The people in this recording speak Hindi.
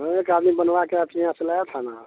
एक आदमी बनवा के आपके यहाँ से लाया था ना